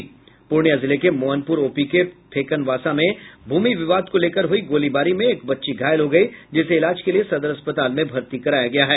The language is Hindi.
पूर्णिया जिले के मोहनपुर ओपी के फेकनवासा में भूमि विवाद को लेकर हुई गोलीबारी में एक बच्ची घायल हो गयी जिसे इलाज के लिए सदर अस्पताल में भर्ती किया गया है